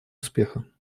успеха